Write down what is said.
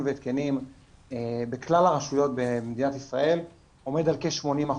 והתקנים בכלל הרשויות במדינת ישראל עומד על כ-80%,